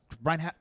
Brian